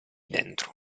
dentro